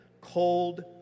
cold